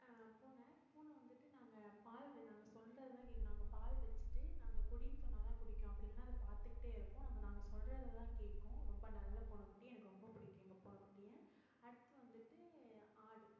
பூனை பூனை வந்துட்டு நாங்கள் பால் நாங்கள் சொல்றதைதான் கேட்கும் நாங்கள் பால் வச்சுட்டு நாங்கள் குடினு சொன்னால் தான் குடிக்கும் அப்படி இல்லைனா அது பார்த்துகிட்டே இருக்கும் நம்ப நாங்கள் சொல்றதைதான் கேட்கும் ரொம்ப நல்ல பூனை குட்டி எனக்கு ரொம்ப பிடிக்கும் எங்கள் பூனை குட்டியை அடுத்து வந்துட்டு ஆடு